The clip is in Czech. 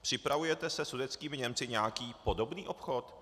Připravujete se sudetskými Němci nějaký podobný obchod?